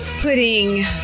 putting